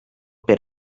per